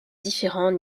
différents